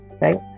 Right